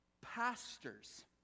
pastors